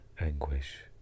anguish